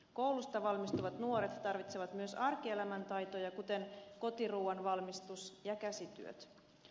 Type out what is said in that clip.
koulusta valmistuvat nuoret tarvitsevat myös arkielämän taitoja kuten kotiruuan valmistus ja käsityöt